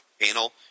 panel